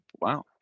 Wow